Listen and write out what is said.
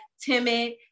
timid